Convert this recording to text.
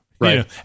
Right